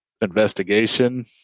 investigation